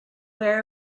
where